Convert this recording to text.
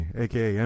aka